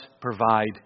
provide